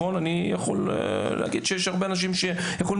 אני יכול להגיד שיש הרבה אנשים שיכולים